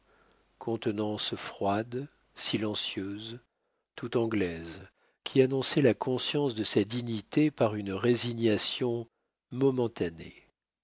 contenance froide silencieuse tout anglaise qui annonçait la conscience de sa dignité par une résignation momentanée